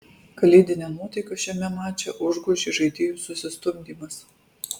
kalėdinę nuotaiką šiame mače užgožė žaidėjų susistumdymas